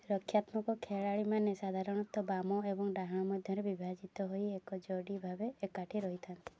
ରକ୍ଷାତ୍ମକ ଖେଳାଳିମାନେ ସାଧାରଣତଃ ବାମ ଏବଂ ଡାହାଣ ମଧ୍ୟରେ ବିଭାଜିତ ହେଇ ଏକ ଯୋଡ଼ି ଭାବେ ଏକାଠି ରହିଥାନ୍ତି